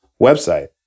website